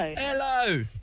Hello